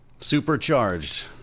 Supercharged